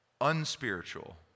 unspiritual